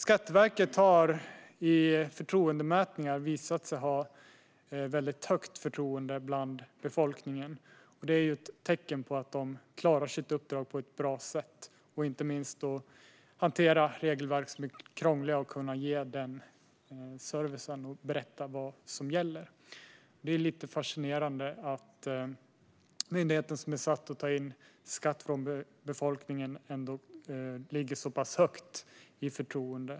Skatteverket har i mätningar visat sig ha mycket högt förtroende hos befolkningen, och det är ett tecken på att de klarar sitt uppdrag på ett bra sätt, inte minst när det gäller att hantera regelverk som är krångliga och att kunna ge service och berätta vad som gäller. Det är lite fascinerande att den myndighet som är satt att ta in skatt från befolkningen ligger så pass högt i förtroende.